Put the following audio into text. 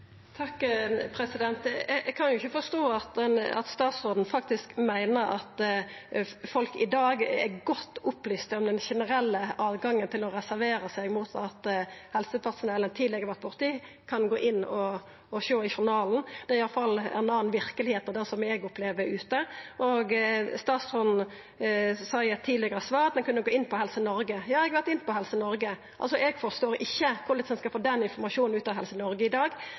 Eg kan ikkje forstå at statsråden faktisk meiner at folk i dag er godt opplyste om det generelle høvet til å reservera seg mot at helsepersonell dei tidlegare har vore borte i, kan gå inn å sjå i journalen. Det er i alle fall ei anna verkelegheit enn eg opplever der ute. Statsråden sa i eit tidlegare svar at ein kunne gå inn på Helsenorge.no. Ja, eg har vore inne på Helsenorge.no. Eg forstår altså ikkje korleis ein skal få den informasjonen ut av Helsenorge.no i dag.